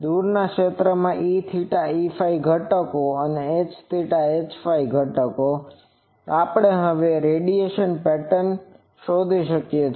દૂરના ક્ષેત્રમાં Eθ Eɸ ઘટકો અને Hθ Hɸ ઘટકો છે અને આપણે હવે રેડિયેશન પેટર્ન શોધી શકીએ છીએ